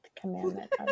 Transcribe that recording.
Commandment